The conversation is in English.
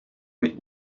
wet